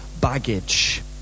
baggage